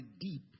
deep